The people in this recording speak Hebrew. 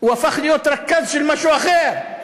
הוא הפך להיות רכז של משהו אחר,